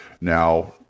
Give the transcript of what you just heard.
Now